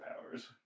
powers